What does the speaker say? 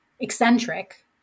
eccentric